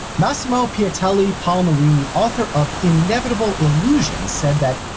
massimo piattelli-palmarini, author of inevitable illusions, said that,